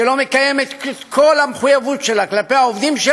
לא מקיימת את כל המחויבות שלה כלפי העובדים,